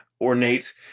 ornate